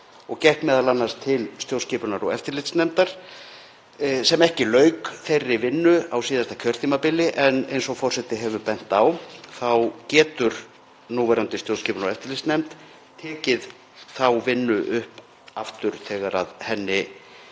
og gekk m.a. til stjórnskipunar- og eftirlitsnefndar sem ekki lauk þeirri vinnu á síðasta kjörtímabili. En eins og forseti hefur bent á þá getur núverandi stjórnskipunar- og eftirlitsnefnd tekið þá vinnu upp aftur þegar henni